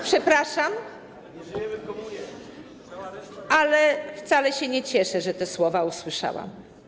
Przepraszam, ale wcale się nie cieszę, że te słowa usłyszałam.